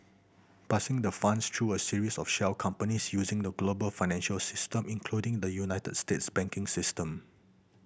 passing the funds through a series of shell companies using the global financial system including the United States banking system